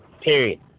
Period